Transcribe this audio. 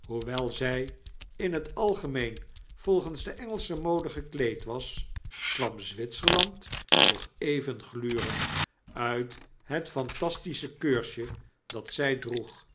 hoewel zg in hetalgemeen volgens de engelsche mode gekleed was kwam zwitserland toch even gluren uit het fantastische keursje dat zij droeg